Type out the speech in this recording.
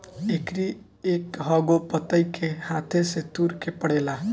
एकरी एकहगो पतइ के हाथे से तुरे के पड़ेला